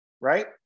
Right